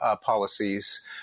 policies